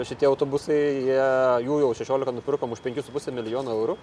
šitie autobusai jie jų jau šešiolika nupirkom už penkis su puse milijonų eurų